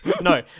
No